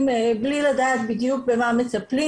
בלי לדעת בלי לדעת בדיוק במה הם מטפלים.